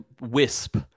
wisp